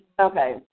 Okay